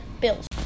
Bills